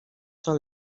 són